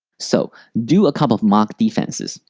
so, do a couple of mock defenses,